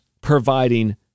providing